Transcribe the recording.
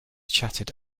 chattered